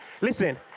Listen